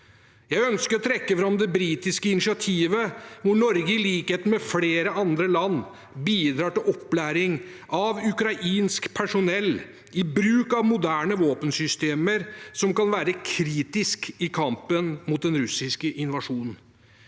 om viktige EU- og EØS-saker i 2023 2023 hvor Norge, i likhet med flere andre land, bidrar til opplæring av ukrainsk personell i bruk av moderne våpensystemer som kan være kritisk i kampen mot den russiske invasjonen.